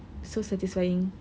so satisfying